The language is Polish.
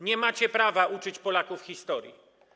Nie macie prawa uczyć Polaków historii.